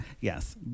Yes